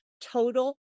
total